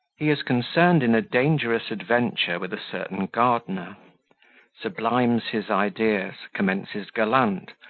he is concerned in a dangerous adventure with a certain gardener sublimes his ideas, commences gallant,